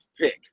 pick